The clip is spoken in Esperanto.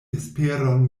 vesperon